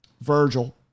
Virgil